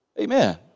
Amen